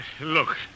Look